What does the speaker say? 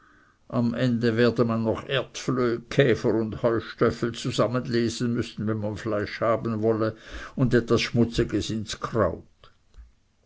am ende werde man noch erdflöh käfer und heustöffel zusammenlesen müssen wenn man fleisch haben wolle und etwas schmutziges ins kraut